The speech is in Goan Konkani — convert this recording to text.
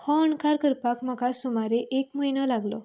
हो अणकार करपाक म्हाका सुमारे एक म्हयनो लागलो